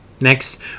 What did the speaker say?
Next